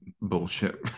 bullshit